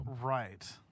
Right